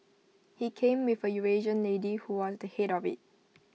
he came with A Eurasian lady who was the Head of IT